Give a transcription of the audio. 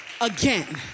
Again